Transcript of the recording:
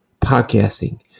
Podcasting